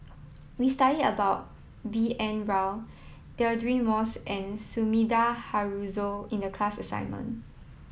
we studied about B N Rao Deirdre Moss and Sumida Haruzo in the class assignment